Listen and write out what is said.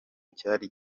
cyari